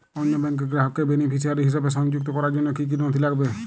অন্য ব্যাংকের গ্রাহককে বেনিফিসিয়ারি হিসেবে সংযুক্ত করার জন্য কী কী নথি লাগবে?